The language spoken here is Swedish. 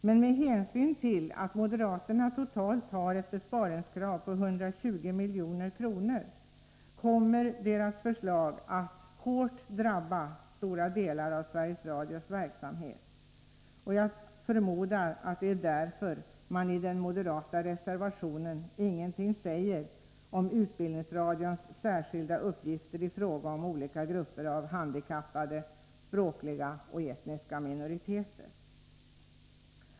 Men med hänsyn till att moderaterna totalt har ett besparingskrav på 120 milj.kr. kommer moderaternas förslag att hårt drabba stora delar av Sveriges Radios verksamhet. Jag förmodar att det är därför man i den moderata reservationen inte säger någonting om utbildningsradions särskilda uppgifter när det gäller olika grupper av handikappade eller när det gäller språkliga och etniska minoriteter.